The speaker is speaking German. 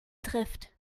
trifft